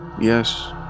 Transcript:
Yes